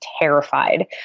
terrified